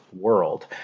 world